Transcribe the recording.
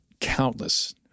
countless –